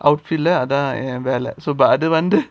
outfield ல அதான் என் வேலை:la adhan en vela but அது வந்து:adhu vandhu